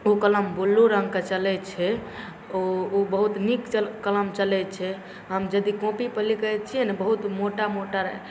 ओ कलम ब्लू रङ्गके चलै छै ओ बहुत नीक कलम चलै छै हम यदि कॉपीपर लिखै छिए ने बहुत मोटा मोटा